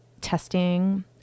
testing